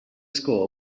score